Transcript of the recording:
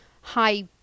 high